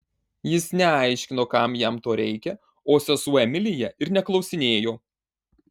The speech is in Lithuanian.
jis neaiškino kam jam to reikia o sesuo emilija ir neklausinėjo